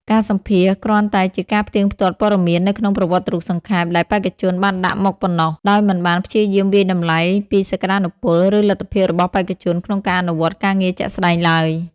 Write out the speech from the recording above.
ការសម្ភាសន៍គ្រាន់តែជាការផ្ទៀងផ្ទាត់ព័ត៌មាននៅក្នុងប្រវត្តិរូបសង្ខេប ដែលបេក្ខជនបានដាក់មកប៉ុណ្ណោះ ដោយមិនបានព្យាយាមវាយតម្លៃពីសក្តានុពល ឬលទ្ធភាពរបស់បេក្ខជនក្នុងការអនុវត្តការងារជាក់ស្តែងឡើយ។